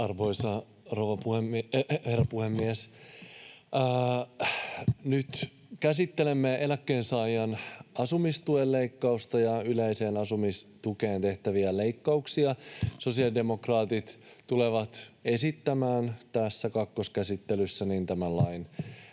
Arvoisa herra puhemies! Nyt käsittelemme eläkkeensaajan asumistuen leikkausta ja yleiseen asumistukeen tehtäviä leikkauksia. Sosiaalidemokraatit tulevat esittämään kakkoskäsittelyssä tämän lain hylkäämistä.